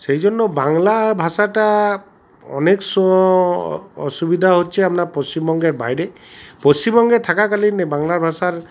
সেই জন্য বাংলা ভাষাটা অনেক স অসুবিধা হচ্ছে আপনার পশ্চিমবঙ্গের বাইরে পশ্চিমবঙ্গে থাকাকালীন এই বাংলা ভাষার